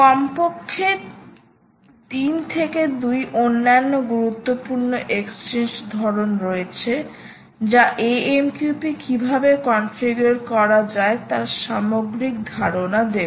কমপক্ষে 3 2 অন্যান্য গুরুত্বপূর্ণ এক্সচেঞ্জ ধরণ রয়েছে যা AMQP কীভাবে কনফিগার করা যায় তার সামগ্রিক ধারণা দেবে